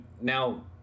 now